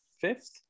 fifth